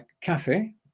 cafe